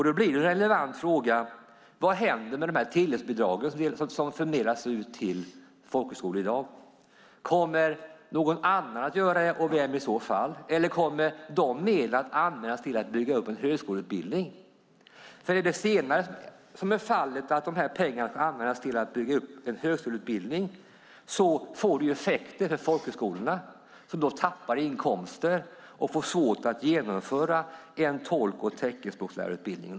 Då blir en relevant fråga: Vad händer med de tilläggsbidrag som fördelas till folkhögskolorna i dag? Kommer någon annan att göra det och i så fall vem? Eller kommer dessa medel att användas till att bygga upp en högskoleutbildning? Om det senare är fallet, att dessa pengar ska användas till att bygga upp en högskoleutbildning, får det effekter för folkhögskolorna som då tappar inkomster och får svårt att genomföra en tolk och teckenspråkslärarutbildning.